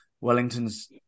Wellington's